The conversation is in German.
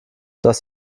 das